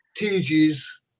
TG's